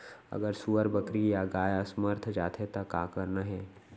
अगर सुअर, बकरी या गाय असमर्थ जाथे ता का करना हे?